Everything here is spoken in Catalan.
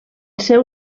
seu